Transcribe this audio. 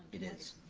it is,